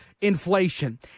inflation